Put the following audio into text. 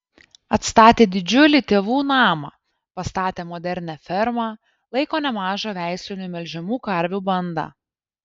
atstatė didžiulį tėvų namą pastatė modernią fermą laiko nemažą veislinių melžiamų karvių bandą